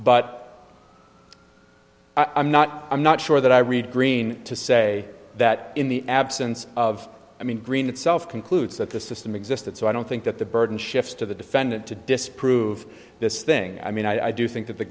but i'm not i'm not sure that i read green to say that in the absence of i mean green itself concludes that the system existed so i don't think that the burden shifts to the defendant to disprove this thing i mean i do think that the